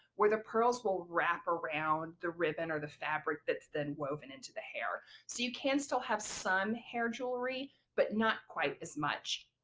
where the pearls will wrap around the ribbon or the fabric that's then woven into the hair. so you can still have some hair jewelry but not quite as much.